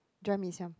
dry mee siam